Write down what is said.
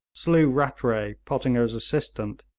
slew rattray, pottinger's assistant,